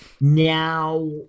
now